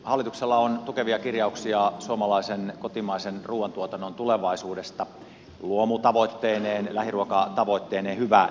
hallituksella on tukevia kirjauksia suomalaisen kotimaisen ruoantuotannon tulevaisuudesta luomutavoitteineen lähiruokatavoitteineen hyvä niin